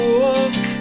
walk